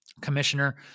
commissioner